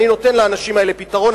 אני נותן לאנשים האלה פתרון,